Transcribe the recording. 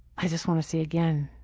i just want to say again,